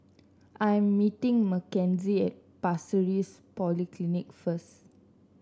I am meeting Mckenzie at Pasir Ris Polyclinic first